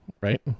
right